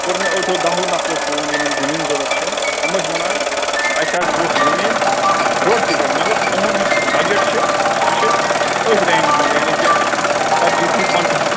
کوٚر مےٚ ٲٹھو دَہو نَفرو فون یِمَن زٔمیٖن ضوٚرَتھ چھِ یِم ٲسۍ وَنان اَسہِ حظ گوٚژھ زٔمیٖن روڈسٕے پٮ۪ٹھ مگر اُہُنٛد یُس بَجٹ چھُ سُہ چھِ أتھۍ رینٛجَس منٛز یعنی کہِ ژَتجی ٹُو پنٛژہَس